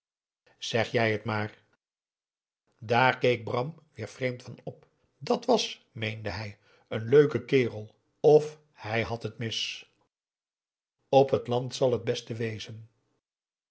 zeg jij het maar daar keek bram weer vreemd van op dat was meende hij n leuke kerel of hij had het mis op het land dat zal het beste wezen